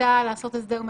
הייתה לעשות הסדר מקרקעין,